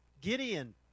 Gideon